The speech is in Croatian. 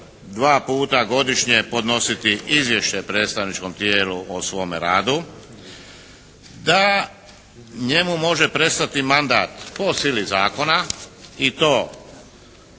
dva puta godišnje podnositi izvješće predstavničkom tijelu o svome radu. Da njemu može prestati mandat po sili zakona i to: